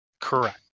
Correct